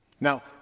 now